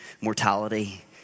mortality